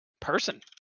Person